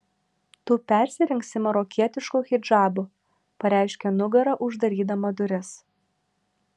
tu persirengsi marokietišku hidžabu pareiškė nugara uždarydama duris